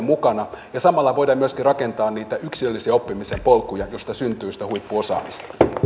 mukana ja samalla voidaan myöskin rakentaa niitä yksilöllisiä oppimisen polkuja joista syntyy sitä huippuosaamista